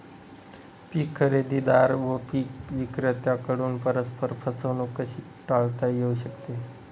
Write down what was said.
पीक खरेदीदार व पीक विक्रेत्यांकडून परस्पर फसवणूक कशी टाळता येऊ शकते?